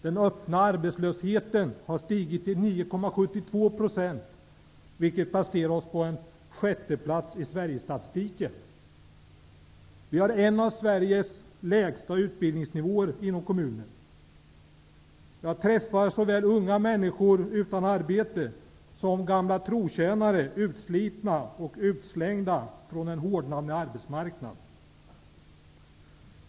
Den öppna arbetslösheten har stigit till 9,72 %, vilket placerar kommunen på en sjätteplats i Vi har en av Sveriges lägsta utbildningsnivåer inom kommunen. Jag träffar såväl unga människor utan arbete som gamla trotjänare som blivit utslitna och utslängda från en hårdnande arbetsmarknad.